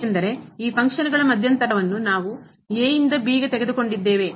ಏಕೆಂದರೆ ಈ ಫಂಕ್ಷನ್ ಮಧ್ಯಂತರ ವನ್ನು ನಾವು a ಇಂದ b ಗೆ ತೆಗೆದುಕೊಂಡಿದ್ದೇವೆ